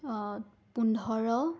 পোন্ধৰ